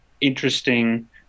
interesting